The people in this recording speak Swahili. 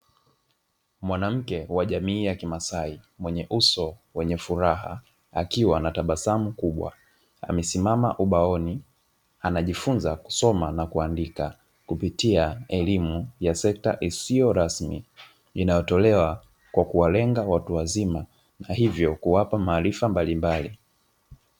mwanamke wa jamiiya kimasai mwenye uso wenye furaha akiwa na tabasamu kubwa. Amesimma ubaoni anajifunza kusoma na kuandika. Kupitia elimu ya sekta isiyorasmi inayotolewa kwa kuwalenga watu wazima na hivyo kuwapa maarifa mbalimbali.